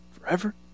Forever